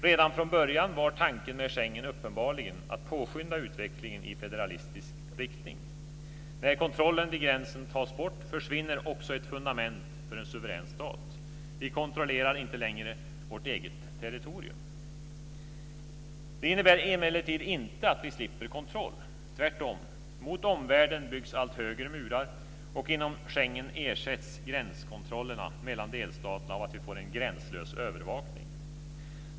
Redan från början var tanken med Schengen uppenbarligen att påskynda utvecklingen i federalistisk riktning. När kontrollen vid gränsen tas bort försvinner också ett fundament för en suverän stat. Vi kontrollerar inte längre vårt eget territorium. Det innebär emellertid inte att vi slipper kontroll, tvärtom. Mot omvärlden byggs allt högre murar, och inom Schengen ersätts gränskontrollerna mellan delstaterna av att vi får en gränslös övervakning.